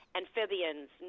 amphibians